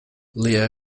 leah